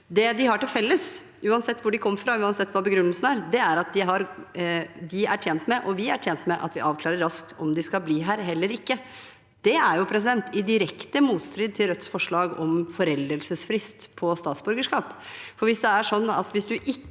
Det de har til felles, uansett hvor de kommer fra eller hva begrunnelsen er, er at de – og vi – er tjent med at vi avklarer raskt om de skal bli her eller ikke. Det er i direkte motstrid til Rødts forslag om foreldelsesfrist på statsborgerskap. Hvis det